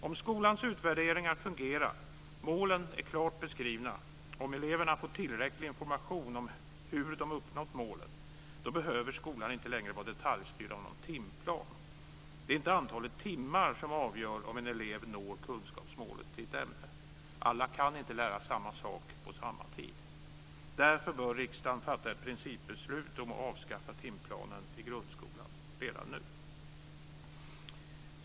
Om skolans utvärderingar fungerar, om målen är klart beskrivna och om eleverna får tillräcklig information om hur de uppnått målen så behöver skolan inte längre vara detaljstyrd av någon timplan. Det är inte antalet timmar som avgör om en elev når kunskapsmålet i ett ämne. Alla kan inte lära samma sak på samma tid. Därför bör riksdagen fatta ett principbeslut om att avskaffa timplanen i grundskolan redan nu.